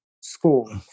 school